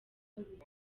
kabiri